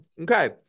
Okay